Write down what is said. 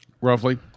roughly